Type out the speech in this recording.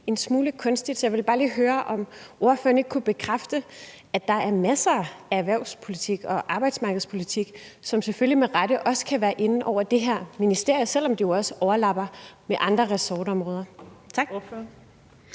en smule kunstigt. Så jeg vil bare lige høre, om ordføreren ikke kan bekræfte, at der er masser af erhvervspolitik og arbejdsmarkedspolitik, som selvfølgelig med rette også kan høre ind under det her ministerie, selv om det jo også overlapper andre ressortområder? Kl.